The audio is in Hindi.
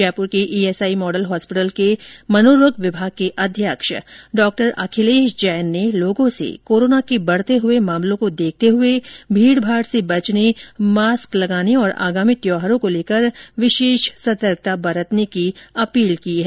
जयपुर के ईएसआई मॉडल हॉस्पिटल के मनोरोग विभाग के अध्यक्ष डॉ अखिलेश जैन ने लोगों से कोरोना के बेढ़ते हुए मामलों को देखते हुए भीड़भाड़ से बचने मास्क लगाने और आगामी त्यौहारों को लेकर सतर्कता बरतने की अपील की है